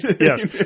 Yes